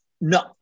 No